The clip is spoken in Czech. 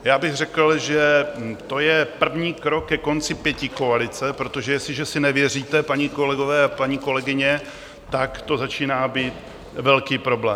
Já bych řekl, že to je první krok ke konci pětikoalice, protože jestliže si nevěříte, páni kolegové a paní kolegyně, tak to začíná být velký problém.